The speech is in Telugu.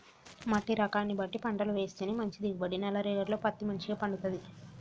మట్టి రకాన్ని బట్టి పంటలు వేస్తేనే మంచి దిగుబడి, నల్ల రేగఢీలో పత్తి మంచిగ పండుతది